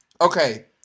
Okay